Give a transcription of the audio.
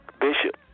Bishop